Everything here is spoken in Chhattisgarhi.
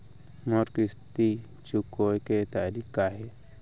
मोर किस्ती चुकोय के तारीक का हे?